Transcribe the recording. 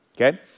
okay